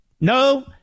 No